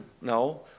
No